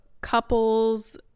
couples